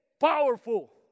powerful